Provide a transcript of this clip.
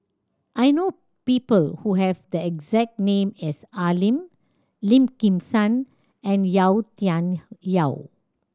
I know people who have the exact name as Al Lim Lim Kim San and Yau Tian Yau